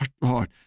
Lord